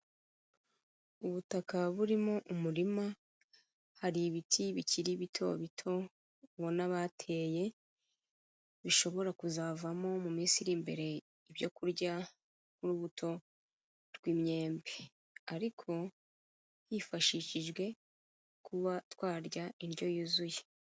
Ubutaka burimo umurima, hari ibiti bikiri bito bito ubona bateye, bishobora kuzavamo mu minsi iri imbere ibyo kurya, n'urubuto rw'imyembe ariko hifashishijwe kuba twarya indyo yuzuye.